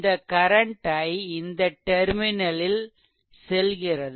இந்த current i இந்த terminal ல் செல்கிறது